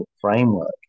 framework